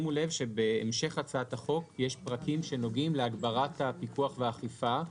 שימו לב שבהמשך הצעת החוק יש פרקים שנוגעים להגברת הפיקוח והאכיפה,